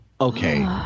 okay